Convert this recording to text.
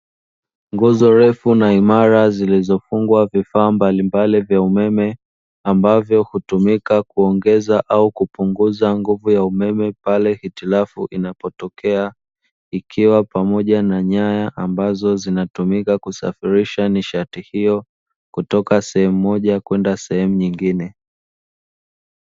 Nguzo refu na imara zilizofungwa vifaa mbalimbali vya umeme ambavyo hutumika kuongeza au kupunguza nguvu ya umeme, pale hitilafu inapotokea ikiwa pamoja na nyaya ambazo zinatumika kusafirisha nishati hiyo, kutoka sehemu moja kwenda sehemu nyingine.